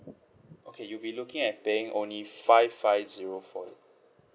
okay you'll be looking at paying only five five zero for it